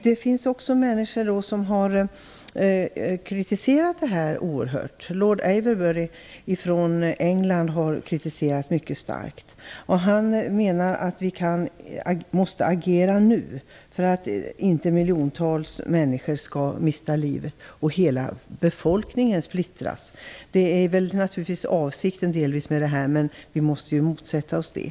Det finns de som har kritiserat det här oerhört mycket. Lord Avebury från England t.ex. har kritiserat detta mycket starkt. Han menar att vi måste agera nu för att inte miljontals människor skall mista livet och hela befolkningen splittras. Det är naturligtvis delvis avsikten med det här, men vi måste motsätta oss det.